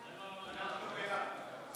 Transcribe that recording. הליכים לפני מועדי ישראל (תיקוני חקיקה),